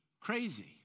Crazy